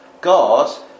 God